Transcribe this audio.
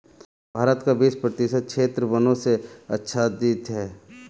भारत का बीस प्रतिशत क्षेत्र वनों से आच्छादित है